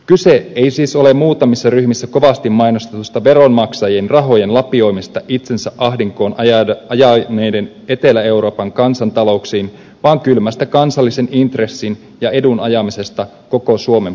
kyse ei siis ole muutamissa ryhmissä kovasti mainostetusta veronmaksajien rahojen lapioimisesta itsensä ahdinkoon ajaneiden etelä euroopan kansantalouksiin vaan kylmästä kansallisen intressin ja edun ajamisesta koko suomen parhaaksi